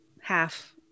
half